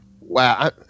Wow